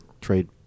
trade